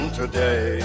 today